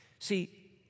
See